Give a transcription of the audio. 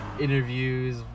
interviews